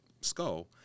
skull